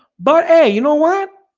but hey, you know what?